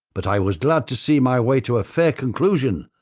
but i was glad to see my way to a fair conclusion,